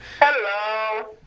Hello